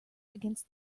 against